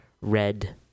red